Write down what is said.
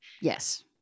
Yes